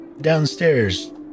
Downstairs